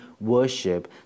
worship